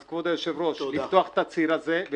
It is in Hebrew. אז, כבוד היושב-ראש, לפתוח את הציר הזה.